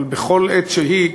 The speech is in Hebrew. אבל בכל עת שהיא,